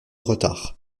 retard